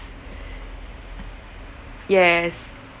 yes